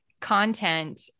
content